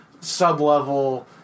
sub-level